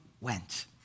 went